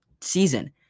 season